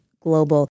Global